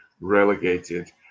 relegated